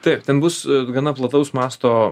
taip ten bus gana plataus masto